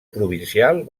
provincial